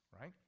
right